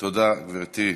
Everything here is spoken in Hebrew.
תודה, גברתי.